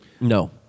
No